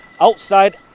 outside